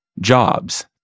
jobs